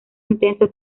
intenso